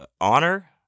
honor